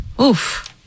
Oof